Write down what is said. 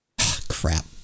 Crap